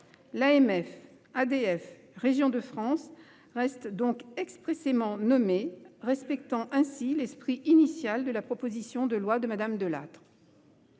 L'AMF, ADF et Régions de France restent donc expressément nommées, respectant ainsi l'esprit initial de la proposition de loi de Mme Delattre.